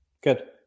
good